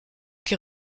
qui